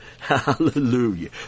hallelujah